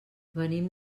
venim